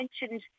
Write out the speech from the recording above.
mentioned